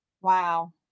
Wow